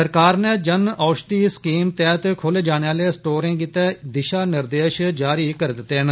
सरकार नै जन औषधीय स्कीम तैह्त खोले जाने आले स्टोरें गित्तै दिशा निर्देश जारी करी दित्ते न